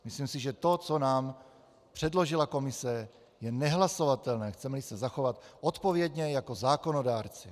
Myslím, že to, co nám předložila komise, je nehlasovatelné, chcemeli se zachovat odpovědně jako zákonodárci.